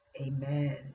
amen